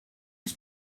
his